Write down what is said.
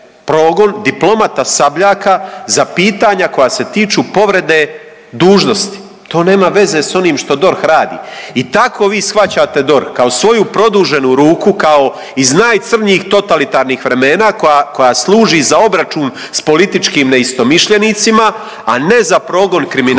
progon diplomata Sabljaka za pitanja koja se tiču povrede dužnosti. To nema veze sa onim što DORH radi. I tako vi shvaćate DORH kao svoju produženu ruku, kao iz najcrnjih totalitarnih vremena koja služi za obračun sa političkim neistomišljenicima, a ne z a progon kriminala